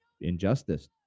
injustice